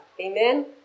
Amen